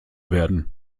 werden